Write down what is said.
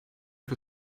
for